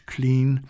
Clean